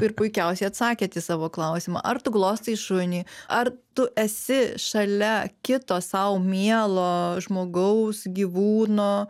ir puikiausiai atsakėt į savo klausimą ar tu glostai šunį ar tu esi šalia kito sau mielo žmogaus gyvūno